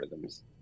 algorithms